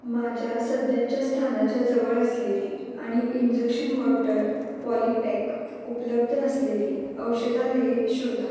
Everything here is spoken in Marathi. माझ्या सध्याच्या स्थानाच्या जवळ असलेली आणि इंजक्शन वॉटर पॉलीपॅक उपलब्ध असलेली औषधालये शोधा